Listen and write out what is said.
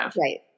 Right